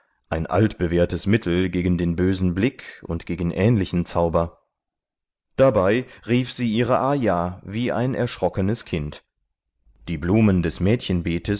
ein altbewährtes mittel gegen den bösen blick und gegen ähnlichen zauber dabei rief sie ihre ayah wie ein erschrockenes kind die blumen des